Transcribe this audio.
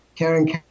Karen